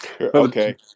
Okay